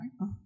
right